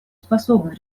способна